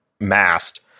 mast